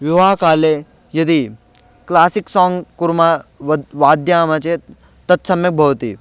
विवाहकाले यदि classic song कुर्मः वादयामः चेत् तत् सम्यक् भवति